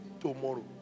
tomorrow